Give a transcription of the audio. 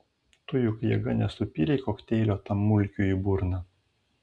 tu juk jėga nesupylei kokteilio tam mulkiui į burną